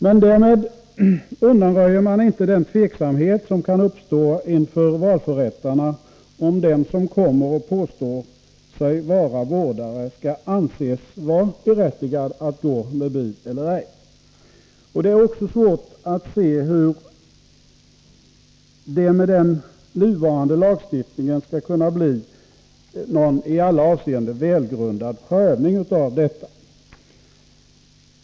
Men därmed undanröjer man inte den tveksamhet som kan uppstå inför valförrättarna om den som kommer och påstå sig vara vårdare skall anses berättigad att gå med bud eller ej. Det är också svårt att se hur det med den nuvarande lagstiftningen skall kunna bli någon i alla avseenden välgrundad prövning av detta.